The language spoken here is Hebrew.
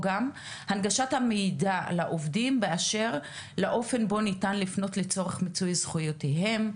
הנגשת המידע לעובדים באשר לאופן בו ניתן לפנות לצורך מיצוי זכויותיהם,